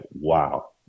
Wow